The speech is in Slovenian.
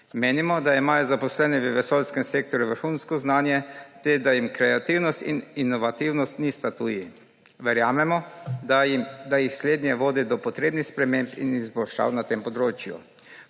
Menimo, da imajo zaposleni v vesoljskem sektorju vrhunsko znanje ter da jim kreativnost in inovativnost nista tuji. Verjamemo, da jih slednje vodi do potrebnih sprememb in izboljšav na tem področju.